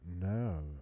No